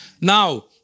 Now